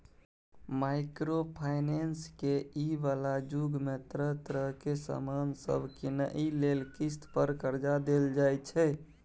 micro finance के इ बला जुग में तरह तरह के सामान सब कीनइ लेल किस्त पर कर्जा देल जाइ छै